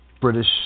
British